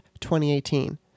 2018